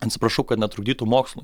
atsiprašau kad netrukdytų mokslui